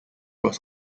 was